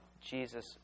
Jesus